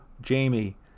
Jamie